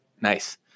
nice